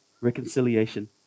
reconciliation